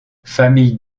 famille